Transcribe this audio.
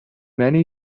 many